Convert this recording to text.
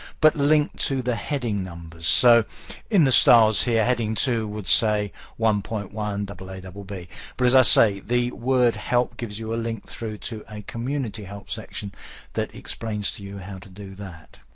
but linked to the heading numbers. so in the styles here, heading two would say one point one double-a, double-b. but as i say, the word help gives you a link through to a community help section that explains to you how to do that.